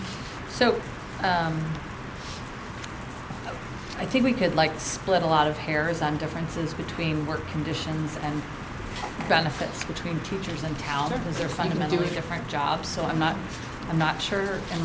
so i think we could like split a lot of hair is on differences between work conditions and benefits between teachers and talent these are fundamentally different jobs so i'm not i'm not sure in